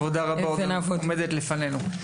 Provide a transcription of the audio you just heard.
עבודה רבה עומדת לפנינו.